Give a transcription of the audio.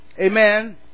Amen